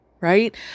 right